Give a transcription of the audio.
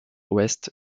ouest